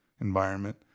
environment